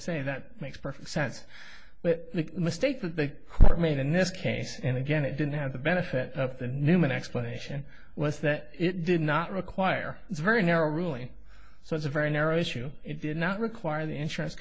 i say that makes perfect sense but the mistake that they were made in this case and again it didn't have the benefit of the newman explanation was that it did not require a very narrow ruling so it's a very narrow issue it did not require the insurance